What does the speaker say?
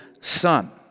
son